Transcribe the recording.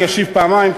אני אשיב פעמיים,